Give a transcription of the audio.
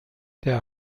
der